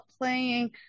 playing